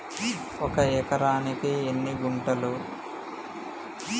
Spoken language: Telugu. ఒక ఎకరానికి ఎన్ని గుంటలు?